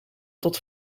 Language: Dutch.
tot